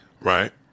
Right